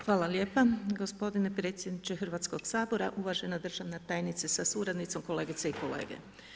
Hvala lijepa gospodine predsjedniče Hrvatskoga sabora, uvažena državna tajnice sa suradnicom, kolegice i kolege.